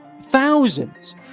thousands